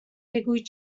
بگویید